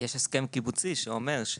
יש הסכם קיבוצי שאומר,